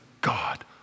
God